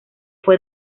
fue